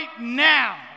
now